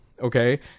okay